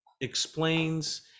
explains